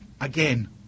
again